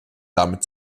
damit